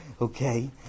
Okay